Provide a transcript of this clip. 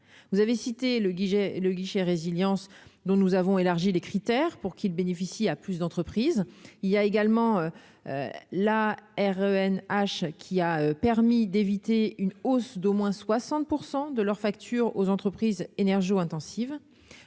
vous avez cité le ai le guichet résilience dont nous avons élargi les critères pour qu'ils bénéficient à plus d'entreprise il y a également la R N H qui a permis d'éviter une hausse d'au moins 60 % de leur facture aux entreprises, énergie,